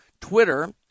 Twitter